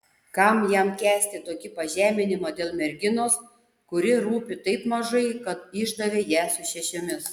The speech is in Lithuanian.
kam jam kęsti tokį pažeminimą dėl merginos kuri rūpi taip mažai kad išdavė ją su šešiomis